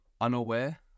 unaware